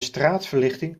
straatverlichting